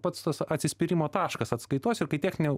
pats tas atsispyrimo taškas atskaitos ir kai techninė